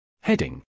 Heading